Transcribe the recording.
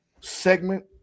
segment